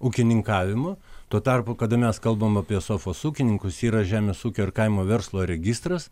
ūkininkavimu tuo tarpu kada mes kalbam apie sofos ūkininkus yra žemės ūkio ar kaimo verslo registras